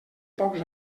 pocs